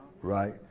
right